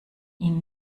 ihnen